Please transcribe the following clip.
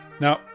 Now